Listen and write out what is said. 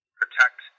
protect